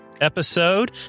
episode